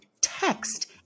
Text